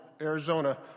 Arizona